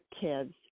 kids